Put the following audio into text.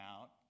out